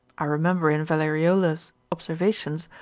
i remember in valleriola's observations,